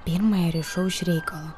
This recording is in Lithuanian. pirmąją rišau iš reikalo